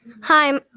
Hi